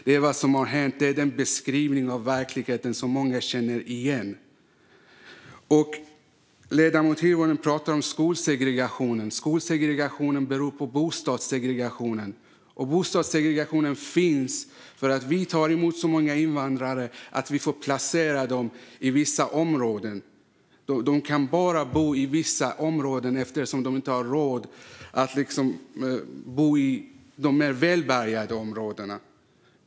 Det är vad som hänt och en beskrivning av verkligheten som många känner igen. Ledamoten Hirvonen pratar om skolsegregationen. Skolsegregationen beror på bostadssegregationen. Och bostadssegregationen finns för att vi tar emot så många invandrare att vi får placera dem i vissa områden. De kan bara bo i vissa områden eftersom de inte har råd att bo i de mer välbärgade områdena.